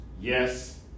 Yes